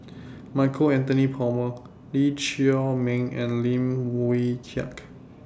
Michael Anthony Palmer Lee Chiaw Meng and Lim Wee Kiak